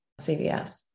CVS